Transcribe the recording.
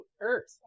earth